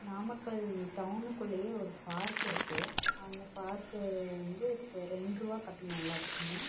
நாமக்கல் டவுனுக்குள்ளேயே ஒரு பார்க் இருக்கு அந்த பார்க்கு வந்து இப்போ ரெண்டு ருவா கட்டணும் எல்லாத்துக்கும்